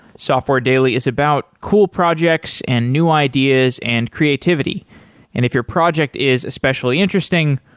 software daily is about cool projects and new ideas and creativity, and if your project is especially interesting,